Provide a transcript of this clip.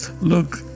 Look